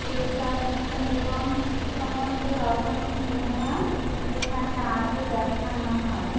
এইসব নিয়ে এবং সমস্ত রকম সিনেমা এখানে আগে দেখানো হয়